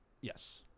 Yes